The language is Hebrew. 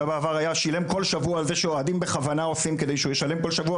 שבעבר שילם כל שבוע על זה שאוהדים בכוונה עושים כדי שהוא ישלם כל שבוע,